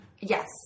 Yes